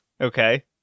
Okay